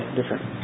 different